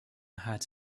had